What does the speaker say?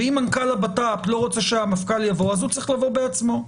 אם מנכ"ל הבט"פ לא רוצה שהמפכ"ל יבוא אז הוא צריך לבוא בעצמו.